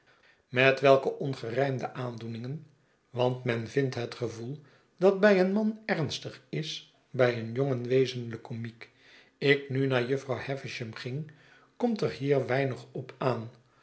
met welke ongerijmde aandoeningen want men vindt het gevoel dat bij een man ernstig is bij een jongen wezenlijk komiek ik hu naar jufvrouw havisham ging komt er hier weinig op aan